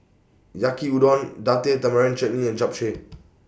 Yaki Udon Date Tamarind Chutney and Japchae